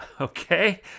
Okay